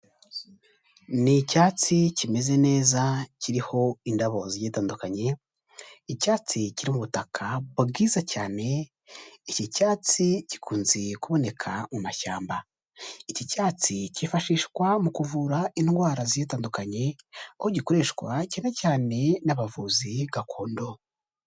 Ni icyatsi kimeze neza kiriho indabo zigiye zitandukanye, icyatsi kiri mu butaka bwiza cyane, iki cyatsi gikunze kuboneka mu mashyamba, iki cyatsi cyifashishwa mu kuvura indwara zigiye zitandukanye, aho gikoreshwa cyane cyane n'abavuzi gakondo.